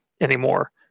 anymore